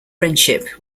friendship